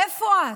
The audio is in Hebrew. איפה את?